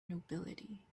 nobility